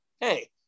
hey